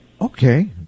Okay